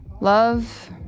Love